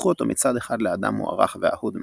הפכו אותו מצד אחד לאדם מוערך ואהוד מאוד,